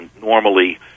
Normally